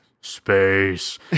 Space